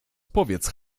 powiedz